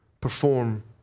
perform